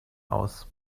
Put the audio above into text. aus